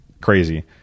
crazy